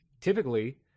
typically